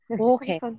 Okay